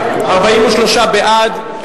43 בעד,